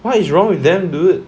what is wrong with them dude